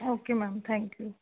okay ma'am thank you